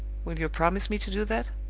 will you promise me to do that?